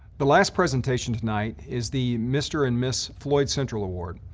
the last presentation tonight is the mr. and miss floyd central award.